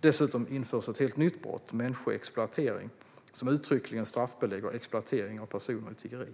Dessutom införs ett helt nytt brott, människoexploatering, som uttryckligen straffbelägger exploatering av personer i tiggeri.